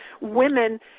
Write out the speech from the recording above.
women